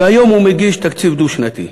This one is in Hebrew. והיום הוא מגיש תקציב דו-שנתי.